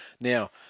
Now